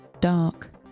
dark